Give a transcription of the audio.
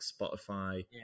Spotify